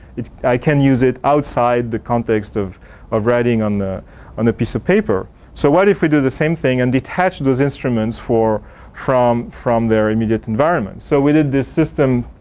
i can use it outside the context of of writing on the on the piece of paper. so what if we do the same thing and detach those instruments for from from their immediate environment? so we did this system